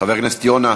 חבר הכנסת יונה,